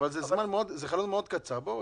אבל זה חלון קצר מאוד.